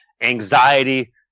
anxiety